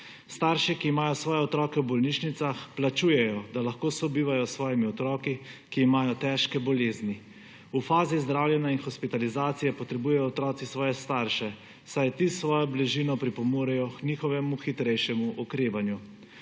Starši, ki imajo svoje otroke v bolnišnicah, plačujejo, da lahko sobivajo s svojimi otroki, ki imajo težke bolezni. V fazi zdravljenja in hospitalizacije potrebujejo otroci svoje starše, saj ti s svojo bližino pripomorejo k njihovemu hitrejšemu okrevanju.